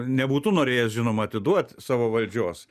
nebūtų norėjęs žinoma atiduot savo valdžios